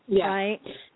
right